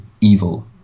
evil